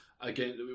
again